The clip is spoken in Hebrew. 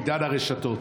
בעידן הרשתות.